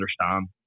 understand